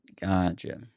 Gotcha